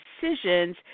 decisions